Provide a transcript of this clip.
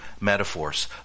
metaphors